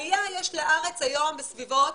עלייה יש לארץ היום בסביבות